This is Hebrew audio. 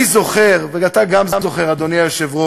אני זוכר, וגם אתה זוכר, אדוני היושב-ראש,